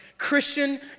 Christian